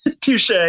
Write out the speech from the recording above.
Touche